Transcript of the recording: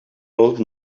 old